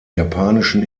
japanischen